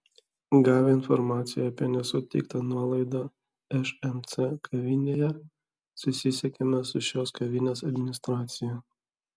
gavę informaciją apie nesuteiktą nuolaidą šmc kavinėje susisiekėme su šios kavinės administracija